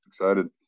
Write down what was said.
excited